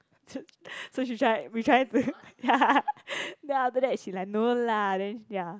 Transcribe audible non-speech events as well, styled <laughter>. <noise> so so she try we trying to <laughs> ya then after that she like no lah then ya